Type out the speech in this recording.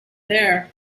there